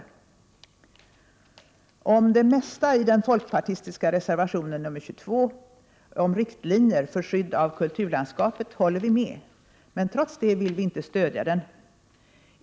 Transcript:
Beträffande det mesta i den folkpartistiska reservationen 22 om riktlinjer för skydd av kulturlandskapet håller vi med, men trots det vill vi inte stödja den.